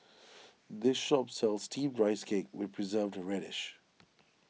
this shop sells Steamed Rice Cake with Preserved Radish